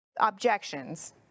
objections